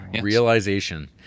realization